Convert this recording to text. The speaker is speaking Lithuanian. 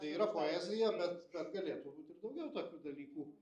tai yra poezija bet bet galėtų būt ir daugiau tokių dalykų